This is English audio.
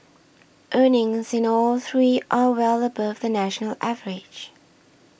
earnings in all three are well above the national average